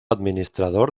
administrador